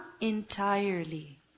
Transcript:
entirely